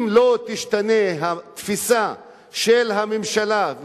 אם לא תשתנה התפיסה של הממשלה,